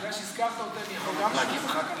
בגלל שהזכרת אותי, אני יכול להגיב אחר כך?